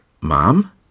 Mom